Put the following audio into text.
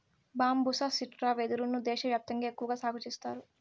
బంబూసా స్త్రిటా వెదురు ను దేశ వ్యాప్తంగా ఎక్కువగా సాగు చేత్తారు